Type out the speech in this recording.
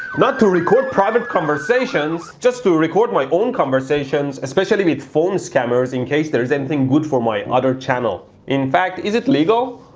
not to record private conversations! just to record my own conversations. especially with phone scammers, in case there's anything good for my other channel. in fact, is it legal?